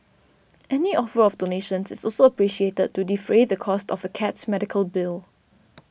any offer of donations is also appreciated to defray the costs of the cat's medical bill